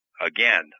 again